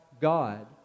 God